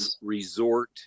resort